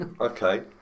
Okay